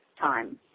time